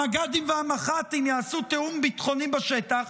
המג"דים והמח"טים יעשו תיאום ביטחוני בשטח,